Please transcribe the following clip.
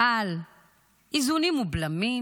על איזונים ובלמים,